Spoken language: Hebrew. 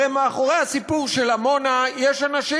הרי מאחורי הסיפור של עמונה יש אנשים.